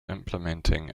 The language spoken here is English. implementing